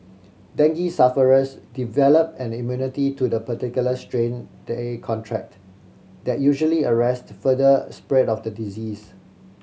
dengue sufferers develop an immunity to the particular strain they contract that usually arrest further spread of the disease